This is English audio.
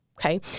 Okay